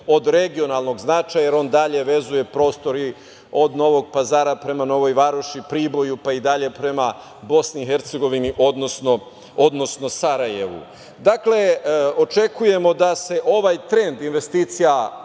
od regionalnog značaja jer on dalje vezuje prostor od Novog Pazara prema Novoj Varoši, Priboju, pa i dalje prema BiH, odnosno Sarajevu. Dakle, očekujemo da se ovaj trend investicija,